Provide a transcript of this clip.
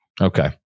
Okay